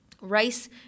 Rice